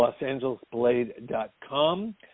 losangelesblade.com